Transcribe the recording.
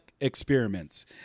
experiments